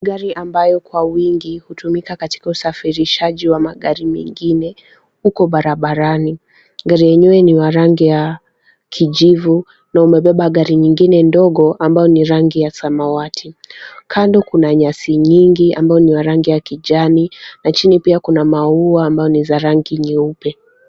Gari ambayo kwa wingi hutumika katika usafirishaji wa magari mengine uko barabarani. Gari lenyewe ni la rangi ya kijivu na umebeba gari nyingine ndogo ambayo ni rangi ya samawati. Kando kuna nyasi nyingi ambayo ni ya rangi ya kijani na chini pia kuna maua ambayo ni za rangi nyeupe.